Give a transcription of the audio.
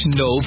no